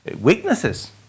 weaknesses